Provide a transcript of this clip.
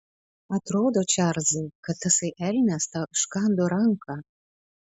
atrodo čarlzai kad tasai elnias tau iškando ranką